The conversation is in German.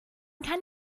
kann